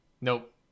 Nope